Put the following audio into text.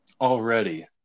already